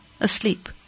asleep